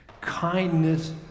Kindness